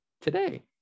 today